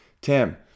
Tim